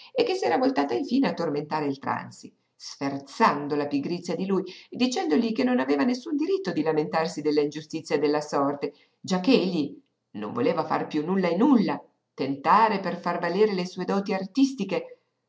e che s'era voltata infine a tormentare il tranzi sferzando la pigrizia di lui dicendogli che non aveva alcun diritto di lamentarsi della ingiustizia della sorte giacché egli non voleva far piú nulla e nulla tentare per far valere le sue doti artistiche